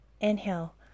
Inhale